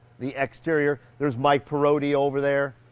the exterior. there's mike perotti over there.